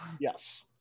Yes